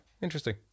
interesting